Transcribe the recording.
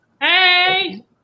hey